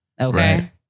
Okay